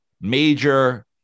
major